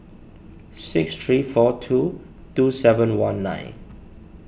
six three four two two seven one nine